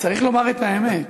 צריך לומר את האמת,